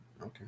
Okay